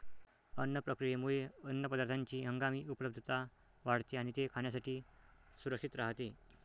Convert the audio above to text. अन्न प्रक्रियेमुळे अन्नपदार्थांची हंगामी उपलब्धता वाढते आणि ते खाण्यासाठी सुरक्षित राहते